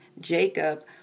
Jacob